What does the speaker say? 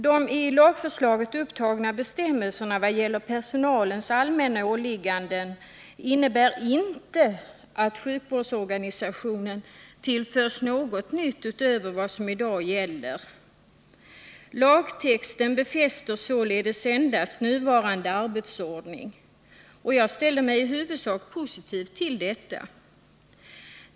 De i lagförslaget upptagna bestämmelserna vad gäller personalens allmänna åligganden innebär inte att sjukvårdsorganisationen tillförs något nytt utöver vad som i dag gäller. Lagtexten befäster således endast nuvarande arbetsordning. Jag ställer mig i huvudsak positiv till detta.